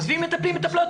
עזבי מטפלים ומטפלות,